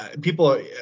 people